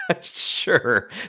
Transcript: Sure